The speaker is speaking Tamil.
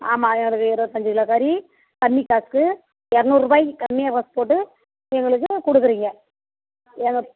ஆமாம் எங்களுக்கு இருபத்தி அஞ்சு கிலோ கறி கம்மி காசுக்கு இரநூறுபாய்க்கு கம்மியாக காசு போட்டு எங்களுக்கு கொடுக்குறீங்க எங்கள்